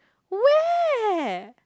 where